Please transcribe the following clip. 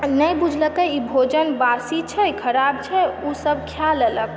नहि बुझलकै ई भोजन बासी छै खराब छै ओ सभ खा लेलक